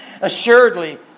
assuredly